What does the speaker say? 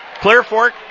Clearfork